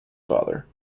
father